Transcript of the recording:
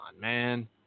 man